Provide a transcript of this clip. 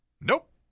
Nope